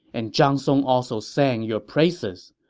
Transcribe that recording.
and zhang song also sang your praises.